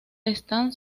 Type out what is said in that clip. están